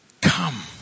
Come